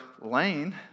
Lane